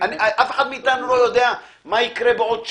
אף אחד מאיתנו לא יודע מה יקרה בעוד שנה,